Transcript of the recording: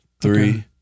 Three